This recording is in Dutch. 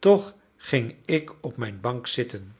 toch ging ik op mijn bank zitten